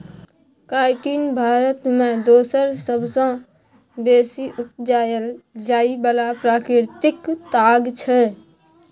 chitin Bharat मे दोसर सबसँ बेसी उपजाएल जाइ बला प्राकृतिक ताग छै